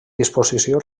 disposició